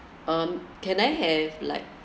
um can I have like